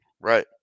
Right